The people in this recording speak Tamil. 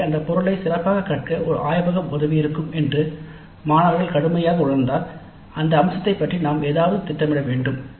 எனவே அந்த பொருளை சிறப்பாகக் கற்க ஒரு ஆய்வகம் உதவியிருக்கும் என்று மாணவர்கள் கடுமையாக உணர்ந்தால் அந்த அம்சத்தைப் பற்றி நாம் ஏதாவது திட்டமிட வேண்டும்